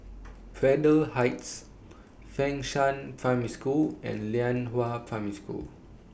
Braddell Heights Fengshan Primary School and Lianhua Primary School